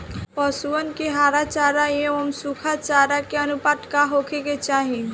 पशुअन के हरा चरा एंव सुखा चारा के अनुपात का होखे के चाही?